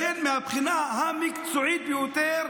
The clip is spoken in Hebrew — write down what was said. לכן מהבחינה המקצועית ביותר,